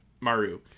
Maru